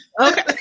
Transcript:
Okay